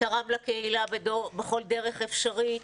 תרם לקהילה בכל דרך אפשרית,